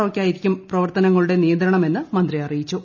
O യ്ക്കായിരിക്കും പ്രവർത്തനങ്ങളുടെ നിയന്ത്രണമെന്ന് മന്ത്രി അറിയിച്ചു